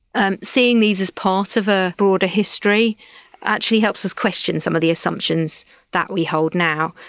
and seeing these as part of a broader history actually helps us question some of the assumptions that we hold now.